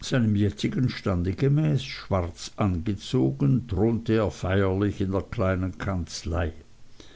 seinem jetzigen stande gemäß schwarz angezogen thronte er feierlich in der kleinen kanzlei